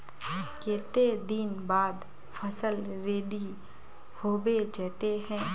केते दिन बाद फसल रेडी होबे जयते है?